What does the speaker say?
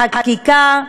החקיקה,